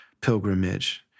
pilgrimage